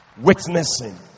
witnessing